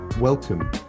Welcome